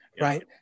right